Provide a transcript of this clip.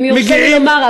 אם יורשה לי לומר,